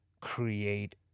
create